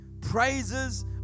praises